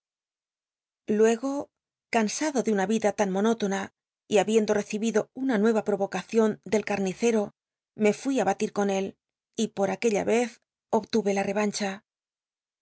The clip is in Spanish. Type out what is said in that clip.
ucgo cansado de una rida tan monótona y t ocacion del car'ccibido una nueva provocación del carnicero me fui ü bali r con él y por aquella vez obt mc la revancha